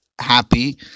happy